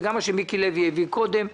וגם מה שמיקי לוי הביא קודם.